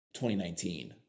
2019